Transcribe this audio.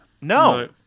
No